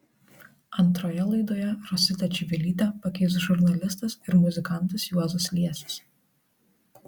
antroje laidoje rositą čivilytę pakeis žurnalistas ir muzikantas juozas liesis